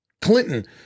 Clinton